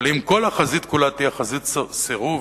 אבל אם כל החזית כולה תהיה חזית סירוב,